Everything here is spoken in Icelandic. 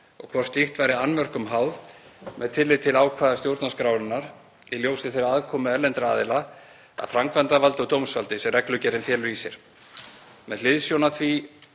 og hvort slíkt væri annmörkum háð með tilliti til ákvæða stjórnarskrárinnar í ljósi þeirrar aðkomu erlendra aðila að framkvæmdarvaldi og dómsvaldi sem reglugerðin felur í sér. Með hliðsjón af því